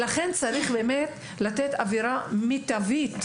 לכן צריך לתת אווירה מיטבית,